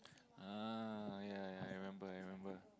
uh ya ya I remember I remember